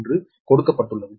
என்று கொடுக்கப்பட்டுள்ளது